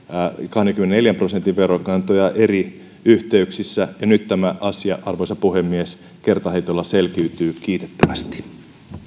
kahdenkymmenenneljän prosentin verokantoja eri yhteyksissä ja nyt tämä asia arvoisa puhemies kertaheitolla selkiytyy kiitettävästi